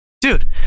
dude